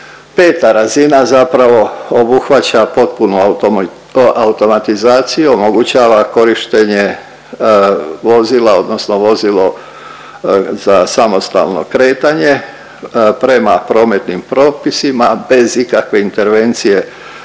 Peta razina zapravo obuhvaća potpunu automatizaciju, omogućava korištenje vozila odnosno vozilo za samostalno kretanje prema prometnim propisima bez ikakve intervencije